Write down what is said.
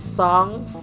songs